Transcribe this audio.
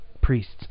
priests